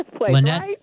Lynette